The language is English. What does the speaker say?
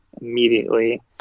immediately